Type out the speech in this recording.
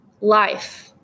life